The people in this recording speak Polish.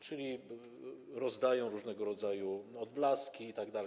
Czyli rozdają różnego rodzaju odblaski itd.